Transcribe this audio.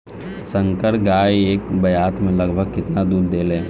संकर गाय एक ब्यात में लगभग केतना दूध देले?